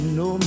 no